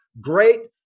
great